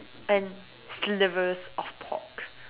and slivers of pork